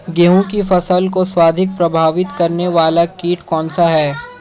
गेहूँ की फसल को सर्वाधिक प्रभावित करने वाला कीट कौनसा है?